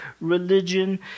religion